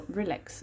relax